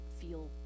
feel